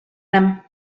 him